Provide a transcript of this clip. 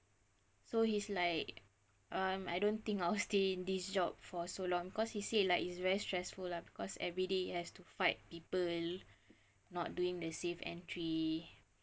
so he's like um I don't think I'll stay in this job for so long cause he say like it's very stressful lah because everyday he to fight people not doing the safe entry